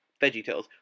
VeggieTales